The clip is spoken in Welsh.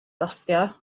gostio